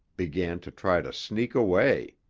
began to try to sneak away.